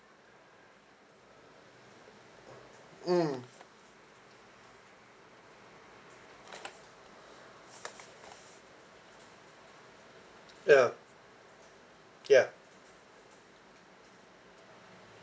mm ya yup